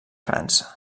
frança